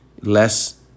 less